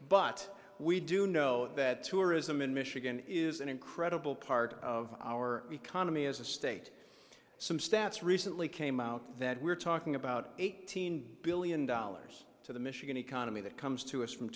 but we do know that tourism in michigan is an incredible part of our economy as a state some stats recently came out that we're talking about eighteen billion dollars to the michigan economy that comes to us from